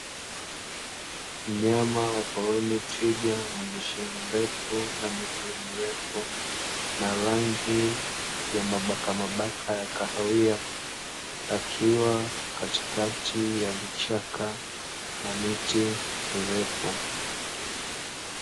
Mnyama wa porini twiga, mwenye shingo ndefu na miguu mirefu na rangi ya mabakamabaka ya kahawia, akiwa katikati ya vichaka na miti mirefu.